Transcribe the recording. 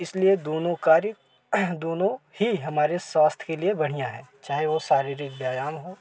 इसलिए दोनों का कार्य दोनों ही हमारे स्वास्थय के बढ़ियाँ है चाहे वो शारीरिक व्यायाम हो